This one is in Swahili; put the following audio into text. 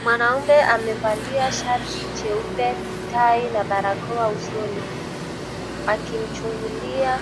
Mwanaume amevalia shati jeupe, tai na barakoa usoni, akimchungulia